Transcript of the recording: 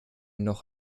noch